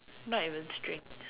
not even strange